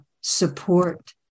Support